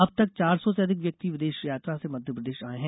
अब तक चार सौ से अधिक व्यक्ति विदेश यात्रा से मध्यप्रदेश आए हैं